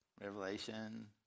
Revelation